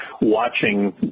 watching